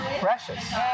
precious